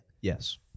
Yes